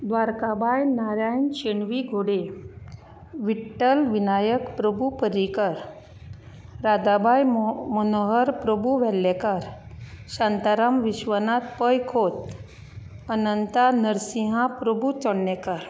द्वारकाबायबू नारायण शेणवी गोडे विट्टल विनायक प्रभू पर्रेकर रादाबाय मो मनोहर प्रभू वेल्लेकर शांताराम विश्वनात पै खोत अनंता नर्सिंहा प्रभू चोडणेकर